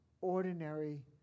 ordinary